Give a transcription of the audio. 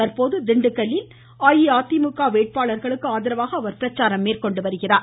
தற்போது திண்டுக்கல்லில் அஇஅதிமுக வேட்பாளர்களுக்கு ஆதரவாக அவர் பிரச்சாரம் மேற்கொண்டு வருகிறார்